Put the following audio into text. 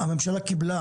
הממשלה קיבלה